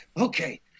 Okay